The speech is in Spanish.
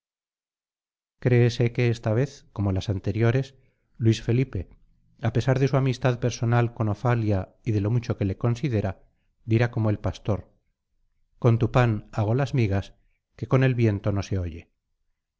créese que esta vez como las anteriores luis felipe a pesar de su amistad personal con ofalia y de lo mucho que le considera dirá como el pastor con tu pan hago las migas que con el viento no se oye